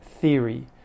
theory